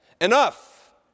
Enough